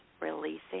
releasing